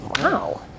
wow